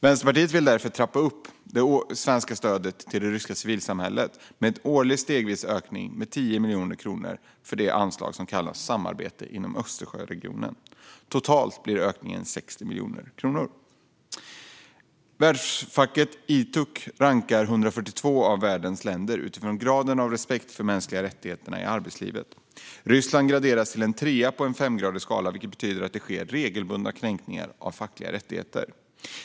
Därför vill Vänsterpartiet trappa upp det svenska stödet till det ryska civilsamhället med en årlig stegvis ökning med 10 miljoner kronor för det anslag som kallas Samarbete inom Östersjöregionen. Totalt blir ökningen 60 miljoner kronor. Världsfacket ITUC rankar 142 av världens länder utifrån graden av respekt för de mänskliga rättigheterna i arbetslivet. Ryssland graderas till en trea på en femgradig skala, vilket betyder att det sker regelbundna kränkningar av fackliga rättigheter.